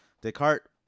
Descartes